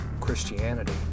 Christianity